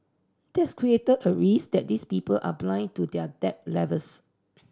that's created a risk that these people are blind to their debt levels